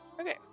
Okay